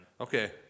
Okay